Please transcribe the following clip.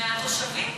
מהתושבים.